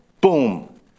Boom